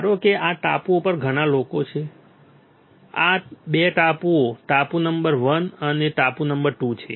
ધારો કે આ ટાપુ ઉપર ઘણા લોકો છે આ 2 ટાપુઓ ટાપુ નંબર 1 અને ટાપુ નંબર 2 છે